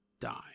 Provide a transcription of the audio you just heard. die